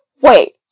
Wait